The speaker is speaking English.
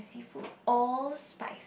food all spice